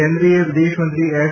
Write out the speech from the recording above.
કેન્દ્રીય વિદેશમંત્રી એસ